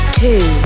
two